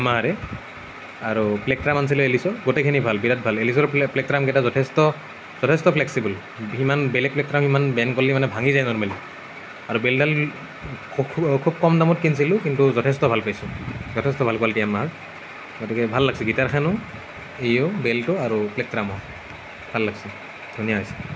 য়াম্মাহাৰে আৰু black drum আনিছিলো এলিচৰ গোটেইখিনি ভাল বিৰাট ভাল এলিজৰ ব্লেক ট্ৰাম কেইটা যথেষ্ট যথেষ্ট ফ্লেকচিবল সিমান বেলেগ ব্লেক ট্ৰাম ইমান বেণ্ড কৰিলে মানে ভাঙি যায় আৰু বেল্টডাল খুব কম দামত কিনিছিলো কিন্তু যথেষ্ট ভাল পাইছোঁ যথেষ্ট ভাল কোৱালিটি আমাৰ গতিকে ভাল লাগিছে গিটাৰখনো ইও বেল্টো আৰু ব্লেক ট্ৰামো ভাল লাগিছে ধুনীয়া হৈছে